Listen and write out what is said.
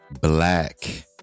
black